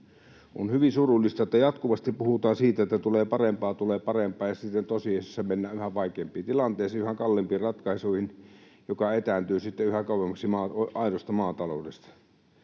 On hyvin surullista, että jatkuvasti puhutaan siitä, että tulee parempaa, tulee parempaa, ja sitten tosiasiassa mennään yhä vaikeampiin tilanteisiin, yhä kalliimpiin ratkaisuihin, jotka etääntyvät sitten yhä kauemmaksi aidosta maataloudesta.